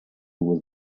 was